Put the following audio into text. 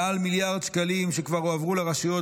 מעל מיליארד שקלים כבר הועברו לרשויות,